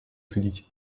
судить